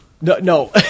No